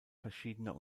verschiedener